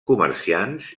comerciants